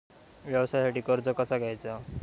व्यवसायासाठी कर्ज कसा घ्यायचा?